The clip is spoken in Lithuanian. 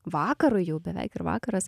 vakarui jau beveik ir vakaras